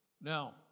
Now